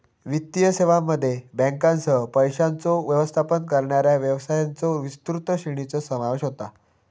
वित्तीय सेवांमध्ये बँकांसह, पैशांचो व्यवस्थापन करणाऱ्या व्यवसायांच्यो विस्तृत श्रेणीचो समावेश होता